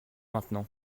maintenant